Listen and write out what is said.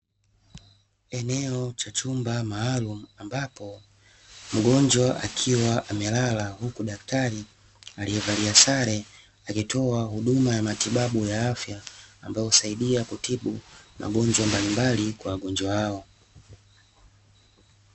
Eneo la chumba maalumu ambapo mgonjwa akiwa amelala huku daktari aliyevalia sare akitoa huduma ya matibabu ya afya, ambayo husaidia kutibu magonjwa mbalimbali kwa wagonjwa hao.